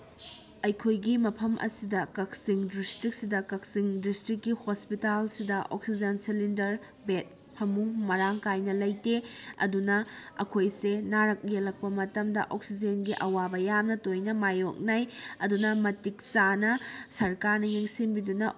ꯑꯩꯈꯣꯏꯒꯤ ꯃꯐꯝ ꯑꯁꯤꯗ ꯀꯛꯆꯤꯡ ꯗꯤꯁꯇ꯭ꯔꯤꯛꯁꯤꯗ ꯀꯛꯆꯤꯡ ꯗꯤꯁꯇ꯭ꯔꯤꯛꯀꯤ ꯍꯣꯁꯄꯤꯇꯥꯜꯁꯤꯗ ꯑꯣꯛꯁꯤꯖꯦꯟ ꯁꯤꯂꯤꯟꯗꯔ ꯕꯦꯗ ꯐꯃꯨꯡ ꯃꯔꯥꯡ ꯀꯥꯏꯅ ꯂꯩꯇꯦ ꯑꯗꯨꯅ ꯑꯩꯈꯣꯏꯁꯦ ꯅꯔꯛ ꯌꯦꯛꯂꯛꯄ ꯃꯇꯝꯗ ꯑꯣꯛꯁꯤꯖꯦꯟꯒꯤ ꯑꯋꯥꯕ ꯌꯥꯝꯅ ꯇꯣꯏꯅ ꯃꯌꯣꯛꯅꯩ ꯑꯗꯨꯅ ꯃꯇꯤꯛ ꯆꯥꯅ ꯁꯔꯀꯥꯔꯅ ꯌꯦꯡꯁꯤꯟꯕꯤꯗꯨꯅ